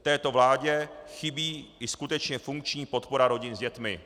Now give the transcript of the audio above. Této vládě chybí i skutečně funkční podpora rodin s dětmi.